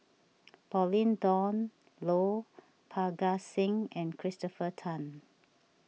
Pauline Dawn Loh Parga Singh and Christopher Tan